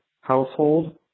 household